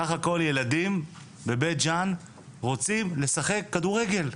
סך הכל ילדים בבית ז'אן רוצים לשחק כדורגל.